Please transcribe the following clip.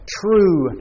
true